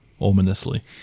ominously